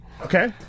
Okay